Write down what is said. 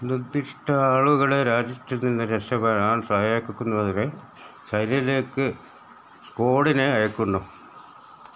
നിർദ്ദിഷ്ട ആളുകളെ രാജ്യത്ത് നിന്ന് രക്ഷപ്പെടാൻ സഹായിക്കുന്നതിന് ചൈനയിലേക്ക് സ്കോഡിനെ അയക്കുന്നു